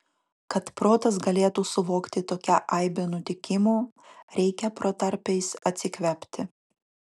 kad protas galėtų suvokti tokią aibę nutikimų reikia protarpiais atsikvėpti